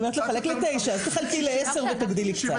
תחלקי ל-10 ותגדילי קצת.